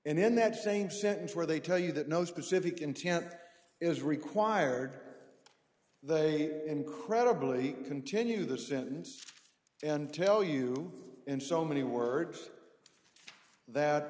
then that same sentence where they tell you that no specific intent is required they are incredibly continue the sentence and tell you in so many words that